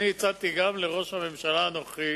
אני הצעתי גם לראש הממשלה הנוכחי,